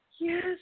yes